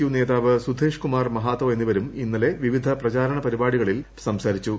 U നേതാവ് സുധേഷ് കുമാർ മഹാതോ എന്നിവരും ഇന്നലെ വിവിധ പ്രചാരണ പരിപാടികളിൽ സംസാരിച്ചു